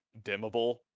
dimmable